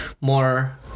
more